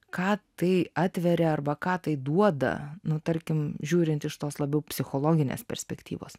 ką tai atveria arba ką tai duoda nu tarkim žiūrint iš tos labiau psichologinės perspektyvos